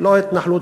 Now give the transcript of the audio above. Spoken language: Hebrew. להתנחל.